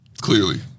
Clearly